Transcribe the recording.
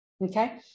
Okay